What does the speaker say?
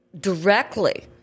directly